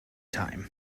time